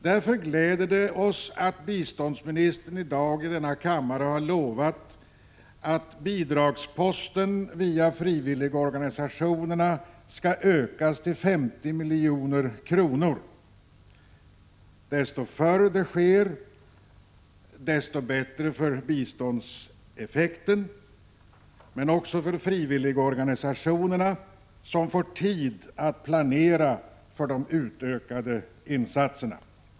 Därför gläder det oss att biståndsministern i dag i denna kammare har lovat att bidraget via frivilligorganisationerna skall ökas till 500 milj.kr. Ju förr det sker desto bättre med tanke på biståndseffekten. Frivilligorganisationerna får därmed också tid att planera för de ökade insatserna.